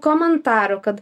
komentarų kad